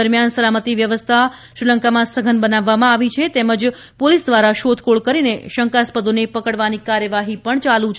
દરમિયાન સલામતી વ્યવસ્થા શ્રીલંકામાં સઘન બનાવવામાં આવી છે તેમજ પોલીસ દ્વારા શોધખોળ કરીને શંકાસ્પદોને પકડવાની કાર્યવાહી પણ ચાલુ છે